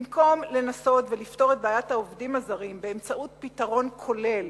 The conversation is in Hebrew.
במקום לנסות לפתור את בעיית העובדים הזרים באמצעות פתרון כולל,